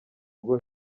rwo